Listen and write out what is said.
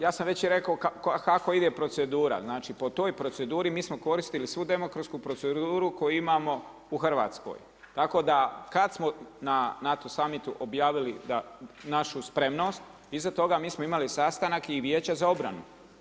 Ja sam već rekao kako ide procedura, znači po toj proceduri mi smo koristili svu demokratsku proceduru koju imamo u Hrvatskoj, tako da kad smo na NATO summitu objavili našu spremnost, iza toga mi smo imali sastanak i Vijeća za obranu.